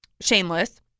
Shameless